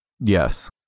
Yes